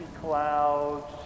clouds